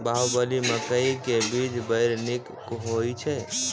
बाहुबली मकई के बीज बैर निक होई छै